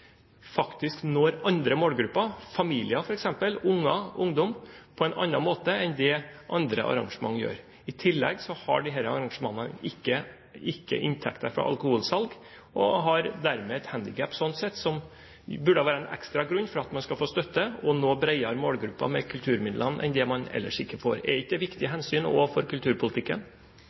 faktisk når andre målgrupper, familier f.eks., unger og ungdom, på en annen måte enn det andre arrangementer gjør. I tillegg har ikke disse arrangementene inntekter fra alkoholsalg. De har dermed et handicap slik sett som burde være en ekstra grunn for at man skulle få støtte og nå bredere målgrupper med kulturmidlene enn det man ellers klarer. Er ikke det viktige hensyn også for kulturpolitikken?